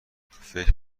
فکر